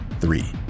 Three